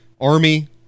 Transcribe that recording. Army